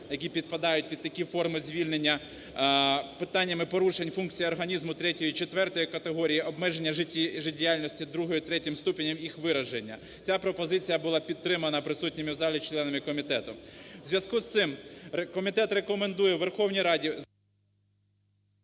які підпадають під такі форми звільнення, питаннями порушень функцій організму III-IV категорії, обмеження життєдіяльності II-III ступеня їх вираження. Ця пропозиція була підтримана присутніми у залі членами комітету. У зв'язку з цим комітет рекомендує Верховній Раді…